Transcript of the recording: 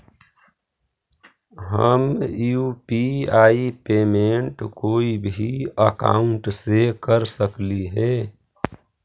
हम UPI payment कोई भी अकाउंट से कर सकली हे?